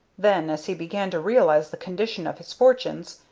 then, as he began to realize the condition of his fortunes,